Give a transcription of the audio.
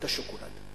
את השוקולד.